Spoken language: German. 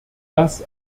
das